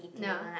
nah